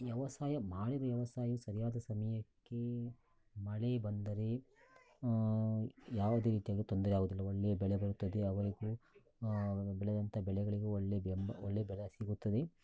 ವ್ಯವಸಾಯ ಮಾಡಿದ ವ್ಯವಸಾಯ ಸರಿಯಾದ ಸಮಯಕ್ಕೆ ಮಳೆ ಬಂದರೆ ಯಾವುದೇ ರೀತಿಯಾದ ತೊಂದರೆ ಆಗೋದಿಲ್ಲ ಒಳ್ಳೆಯ ಬೆಳೆ ಬರ್ತದೆ ಅವರಿಗೂ ಬೆಳೆದಂಥ ಬೆಳೆಗಳಿಗೂ ಒಳ್ಳೆ ಬೆಂಬಲ ಒಳ್ಳೆ ಬೆಳೆ ಸಿಗುತ್ತದೆ